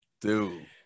dude